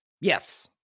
Yes